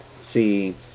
see